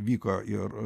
vyko ir